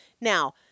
Now